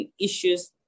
issues